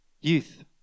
Youth